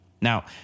Now